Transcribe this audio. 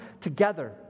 together